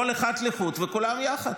כל אחד לחוד וכולם יחד.